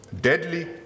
deadly